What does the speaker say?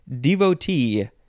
Devotee